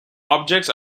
objects